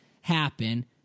happen